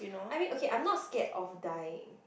I mean okay I not scared of dying